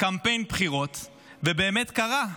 קמפיין בחירות ובאמת קרה?